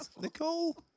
Nicole